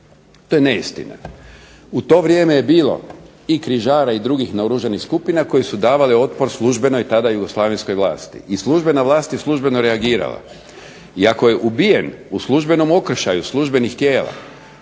To je neistina. U to vrijeme je bilo i križara i drugih naoružanih skupina koji su davali otpor službenoj tada jugoslavenskoj vlasti. I službena vlast je službeno reagirala. I ako je ubijen u službenom okršaju službenih tijela